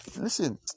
Listen